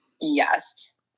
Yes